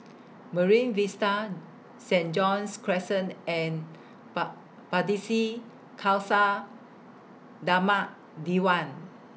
Marine Vista Saint John's Crescent and Pardesi Khalsa Dharmak Diwan